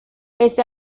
pese